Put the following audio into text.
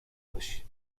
باشی